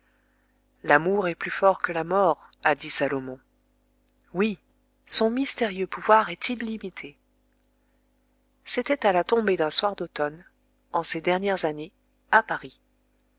l'amour est plus fort que la mort a dit salomon oui son mystérieux pouvoir est illimité c'était à la tombée d'un soir d'automne en ces dernières années à paris